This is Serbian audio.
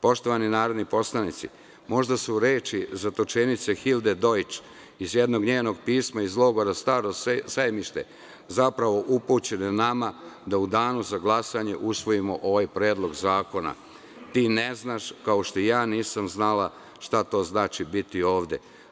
Poštovani narodni poslanici, možda su reči zatočenice Hilde Dojč iz jednog njenog pisma iz logora „Staro Sajmište“ zapravo upućene nama da u Danu za glasanje usvojimo ovaj Predlog zakona: „Ti ne znaš, kao što ja nisam znala šta to znači biti ovde.